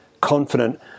confident